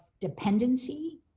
dependency